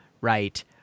right